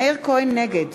נגד